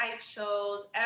shows